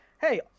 Hey